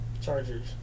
Chargers